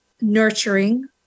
nurturing